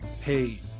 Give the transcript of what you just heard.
Hey